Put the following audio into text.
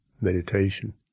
meditation